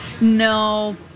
no